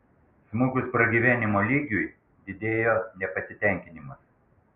smukus pragyvenimo lygiui didėjo nepasitenkinimas